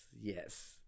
Yes